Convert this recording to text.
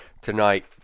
tonight